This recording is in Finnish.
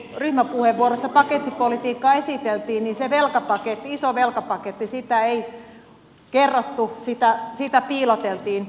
toki kun ryhmäpuheenvuorossa pakettipolitiikkaa esiteltiin sitä isoa velkapakettia ei kerrottu sitä piiloteltiin